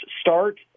start